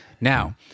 Now